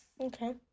Okay